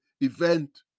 event